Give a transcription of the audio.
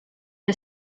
que